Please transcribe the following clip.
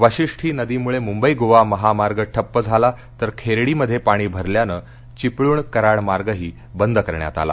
वाशिष्ठी नदीमुळे मुंबई गोवा महामार्ग ठप्प झाला तर खेर्डीमध्ये पाणी भरल्यानं चिपळूण कराड मार्गही बंद करण्यात आला